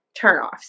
turnoffs